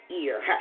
ear